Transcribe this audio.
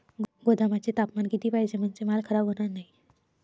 गोदामाचे तापमान किती पाहिजे? म्हणजे माल खराब होणार नाही?